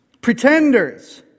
Pretenders